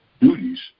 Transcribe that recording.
duties